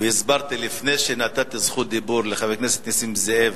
והסברתי לפני שנתתי רשות דיבור לחבר הכנסת נסים זאב